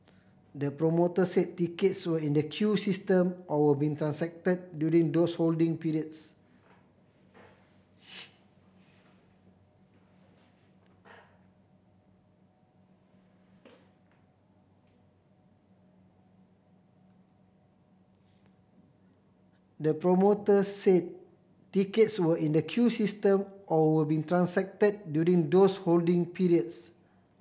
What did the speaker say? the promoter said tickets were in the queue system or were being transacted during those holding periods the promoter said tickets were in the queue system or were being transacted during those holding periods